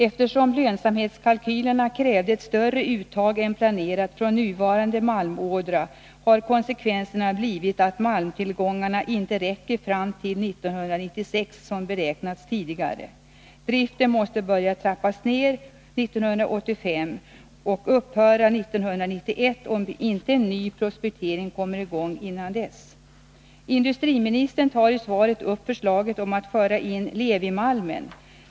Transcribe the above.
Eftersom lönsamhetskalkylerna krävde ett större uttag än planerat från nuvarande malmådra, har konsekvensen blivit att malmtillgångarna inte räcker fram till 1996, som tidigare hade beräknats. Driften måste börja trappas ner 1985 och upphöra 1991, om inte en ny prospektering kommer i gång innan dess. Industriministern tar i svaret upp förslaget om att föra in den s.k. Nr 50 Levi-malmen.